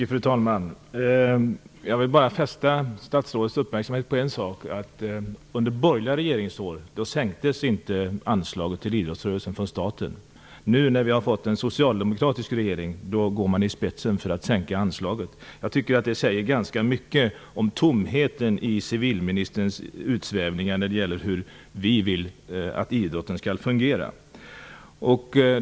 Fru talman! Jag vill bara fästa statsrådets uppmärksamhet på en sak, nämligen att anslaget från staten till idrottsrörelsen inte sänktes under de borgerliga åren. Nu när vi har fått en socialdemokratisk regering går regeringen i spetsen för en sänkning av anslaget. Jag tycker att det säger ganska mycket om tomheten i civilministerns utläggningar om hur vi vill att idrotten skall fungera.